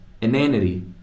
inanity